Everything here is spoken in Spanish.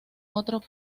otro